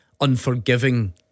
unforgiving